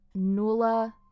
Nula